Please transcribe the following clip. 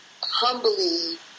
humbly